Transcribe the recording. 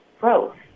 growth